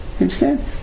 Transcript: Understand